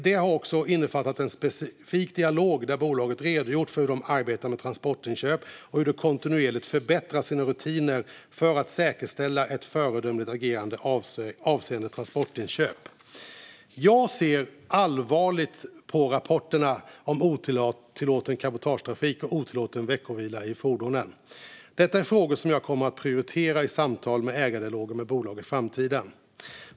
Det har också innefattat en specifik dialog där bolaget redogjort för hur det arbetar med transportinköp och hur det kontinuerligt förbättrar sina rutiner för att säkerställa ett föredömligt agerande avseende transportinköp. Jag ser allvarligt på rapporterna om otillåten cabotagetrafik och otillåten veckovila i fordon. Detta är frågor som jag kommer att prioritera i samtal och ägardialoger med bolaget i framtiden.